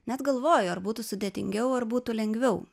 net galvoju ar būtų sudėtingiau ar būtų lengviau